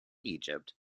egypt